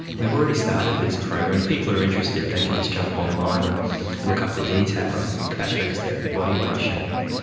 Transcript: we've already started this program, and if people are interested they can just jump online and look up the details, compassion focused therapy bodyweight shame.